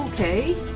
Okay